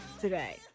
today